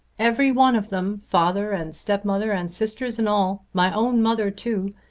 every one of them father and stepmother and sisters and all. my own mother too!